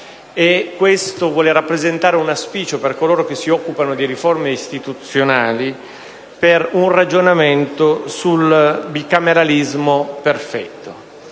Questo vuole rappresentare un auspicio per coloro che si occupano di riforme istituzionali per un ragionamento sul bicameralismo perfetto.